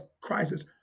Crisis